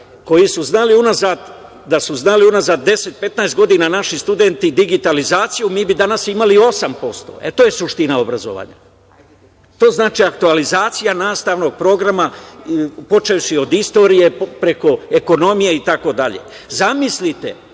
kvalitetan kadar da su znali unazad 10, 15 godina naši studenti digitalizaciju mi bi danas imali 8%. To je suština obrazovanja. To znači aktualizacija nastavnog programa, počevši od istorije, preko ekonomije itd. Zamislite,